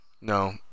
No